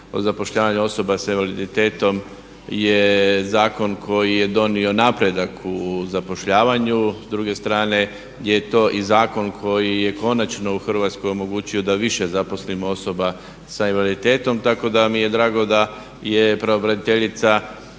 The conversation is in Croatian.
o zapošljavanju osoba s invaliditetom je zakon koji je donio napredak u zapošljavanju, s druge strane je to i zakon koji je konačno u Hrvatskoj omogućio da više zaposlimo osoba sa invaliditetom. Tako da mi je drago da je pravobraniteljica odreagirala